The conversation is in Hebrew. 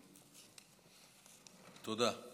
תודה.